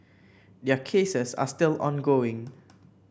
their cases are still ongoing